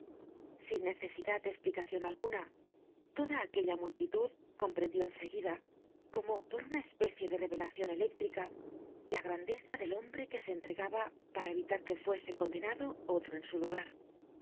sin necesidad de esplicacion alguna toda aquella multitud comprendió en seguida como por una especie de revelacion eléctrica la grandeza del hombre que se entregaba para evitar que fuese condenado otro en su lugar